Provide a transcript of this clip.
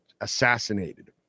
assassinated